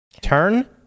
Turn